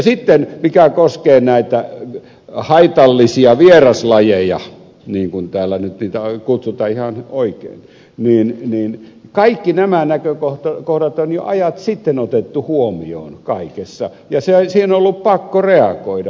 sitten mikä koskee näitä haitallisia vieraslajeja niin kuin täällä nyt niitä kutsutaan ihan oikein kaikki nämä näkökohdat on jo ajat sitten otettu huomioon kaikessa ja siihen on ollut pakko reagoida